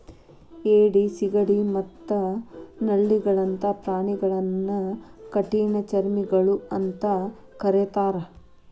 ಏಡಿ, ಸಿಗಡಿ ಮತ್ತ ನಳ್ಳಿಗಳಂತ ಪ್ರಾಣಿಗಳನ್ನ ಕಠಿಣಚರ್ಮಿಗಳು ಅಂತ ಕರೇತಾರ